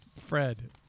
Fred